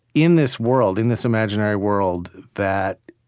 in this world, in this imaginary world that,